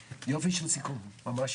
11:55.